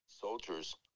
soldiers